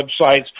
websites